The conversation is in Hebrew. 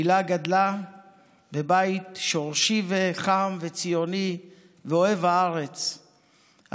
הילה גדלה בבית שורשי וחם וציוני ואוהב הארץ,